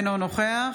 אינו נוכח